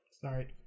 Sorry